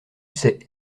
sais